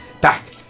back